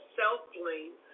self-blame